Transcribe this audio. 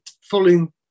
following